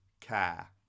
care